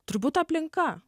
turbūt aplinka